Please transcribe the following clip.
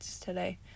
today